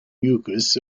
mucus